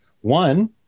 One